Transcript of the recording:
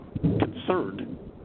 concerned